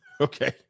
Okay